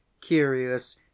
curious